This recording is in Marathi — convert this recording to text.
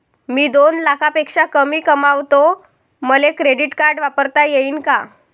मी दोन लाखापेक्षा कमी कमावतो, मले क्रेडिट कार्ड वापरता येईन का?